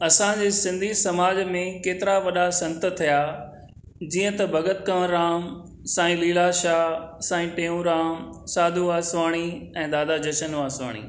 असांजे सिंधी समाज में केतिरा वॾा संत थिया जीअं त भॻति कंवर राम साईं लीलाशाह साईं टेऊंराम साधू वासवाणी ऐं दादा जशन वासवाणी